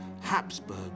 Habsburg